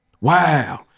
Wow